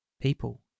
people